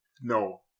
No